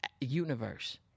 universe